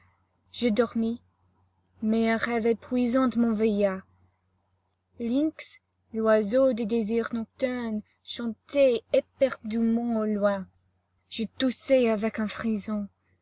je dormis mais un rêve épuisant m'éveilla l'iynx oiseau des désirs nocturnes chantait éperdument au loin je toussai avec un frisson